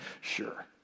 Sure